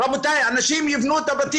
ואולי כן יש לזה מקום.